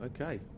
okay